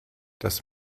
das